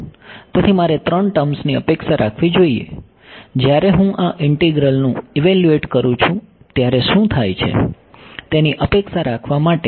તેથી મારે ત્રણ ટર્મ્સ ની અપેક્ષા રાખવી જોઈએ જ્યારે હું આ ઇન્ટિગ્રલ નું ઇવેલ્યુએટ કરું છું ત્યારે શું થાય છે તેની અપેક્ષા રાખવા માટે